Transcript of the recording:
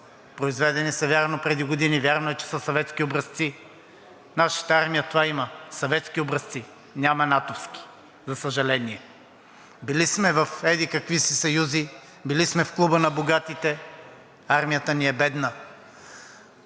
Произведени са, вярно, преди години, вярно е, че съветски образци. Нашата армия това има – съветски образци, няма натовски, за съжаление. Били сме в еди-какви си съюзи, били сме в Клуба на богатите – армията ни е бедна.